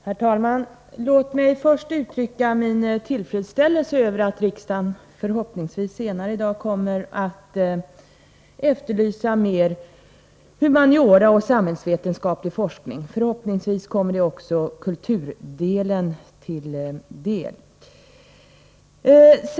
Herr talman! Låt mig först uttrycka min tillfredsställelse över att riksdagen förhoppningsvis senare i dag kommer att efterlysa mer forskning inom humaniora och mer samhällsvetenskaplig forskning. Jag hoppas vidare att detta kommer även kulturdelen till godo.